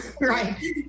right